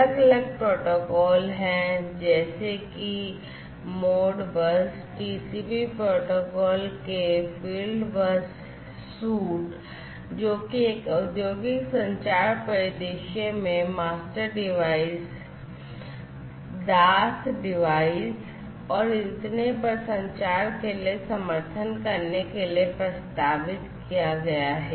अलग अलग प्रोटोकॉल हैं जैसे कि Modbus TCP प्रोटोकॉल के fieldbus suite जो कि एक औद्योगिक संचार परिदृश्य में मास्टर डिवाइस slave डिवाइस और इतने पर संचार के लिए समर्थन करने के लिए प्रस्तावित किया गया है